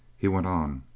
he went on,